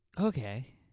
Okay